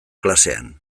klasean